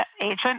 agent